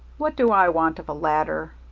what do i want of a ladder?